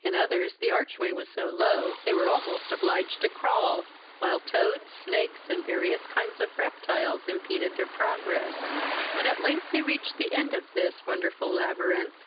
in others the arch-way was so low they were almost obliged to crawl while toads, snakes, and various kinds of reptiles impeded their progress when, at length, they reached the end of this wonderful labyrinth,